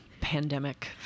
pandemic